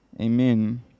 Amen